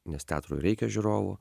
nes teatrui reikia žiūrovų